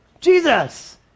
jesus